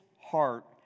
heart